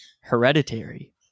Hereditary